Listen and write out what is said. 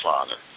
Father